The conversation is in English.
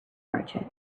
merchant